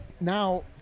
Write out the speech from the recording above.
now